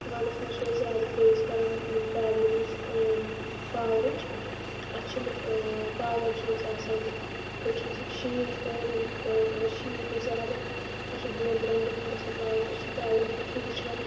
ونٛدَس منٛز چھُ أسۍ زیادٕ فیس کَران نِم پرٛابلٕمٕز پاورٕچ اَسہِ چھِنہٕ پاوَر چھُنہٕ اَسہِ آسان ہُتہِ چھُ آسان شیٖن چھُ پٮ۪وان روٗد چھُ پٮ۪وان اَگر شیٖن پے زیادٕ اَسہِ چھُ دۄن ترٛٮ۪ن دۄہَن گژھان پاوَر أسۍ چھِنہٕ پاوَرُک بُتھُے وٕچھان